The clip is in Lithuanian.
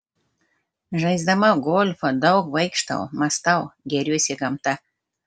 žaisdama golfą daug vaikštau mąstau gėriuosi gamta